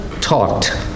talked